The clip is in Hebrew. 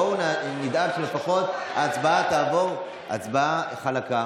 בואו נדאג שלפחות ההצבעה תעבור חלק,